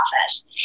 office